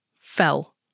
fell